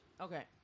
Okay